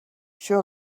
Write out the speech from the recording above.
sure